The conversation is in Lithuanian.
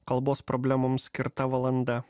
kalbos problemoms skirta valanda